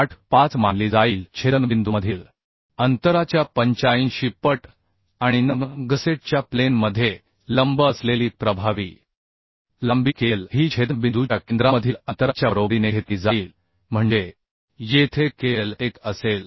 85 पट मानली जाईल आणि n गसेटच्या प्लेन मध्ये लंब असलेली प्रभावी लांबी KL ही छेदनबिंदूच्या केंद्रामधील अंतराच्या बरोबरीने घेतली जाईल म्हणजे येथे KL1 असेल